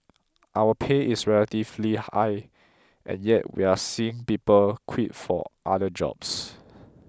our pay is relatively high and yet we're seeing people quit for other jobs